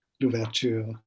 Louverture